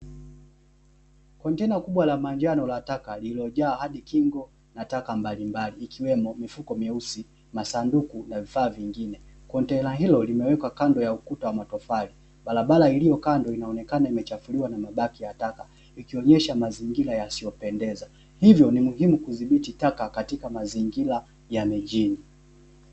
Kontena kubwa la manjano la taka, lilolajaa hadi kingo na taka mbalimbali; ikiwemo mifuko myeusi, masanduku na vifaa vingine. Kontena hilo limewekwa kando ya ukuta wa matofali. Barabara iliyo kando inaonekana imechafuliwa na mabaki ya taka, ikionyesha mazingira yasiyopendeza, hivyo ni muhimu kudhibiti taka katika mazingira ya mijini.